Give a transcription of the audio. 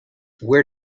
where